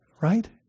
Right